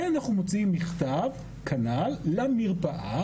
ואנחנו מוציאים מכתב כנ"ל למרפאה,